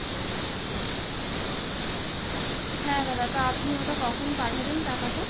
হ্যাঁ দাদা তা আপনি ওটা কখন পাঠাবেন টাকাটা